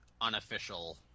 unofficial